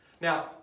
Now